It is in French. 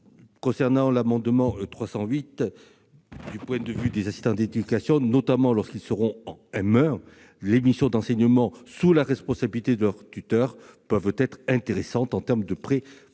nous considérons que, du point de vue des assistants d'éducation, notamment lorsqu'ils seront en M1, les missions d'enseignement, sous la responsabilité de leur tuteur, peuvent être intéressantes en termes de préprofessionnalisation